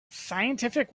scientific